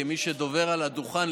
כמי שדובר על הדוכן,